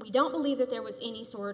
we don't believe that there was any sort